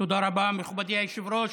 תודה רבה, מכובדי היושב-ראש.